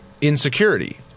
insecurity